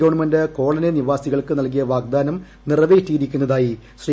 government colony നിവാസികൾക്ക് നൽകിയ വാഗ്ദാനം നിറവേറ്റിയിരിക്കുന്നതായി ശ്രീ